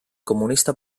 comunista